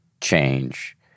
change